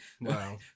wow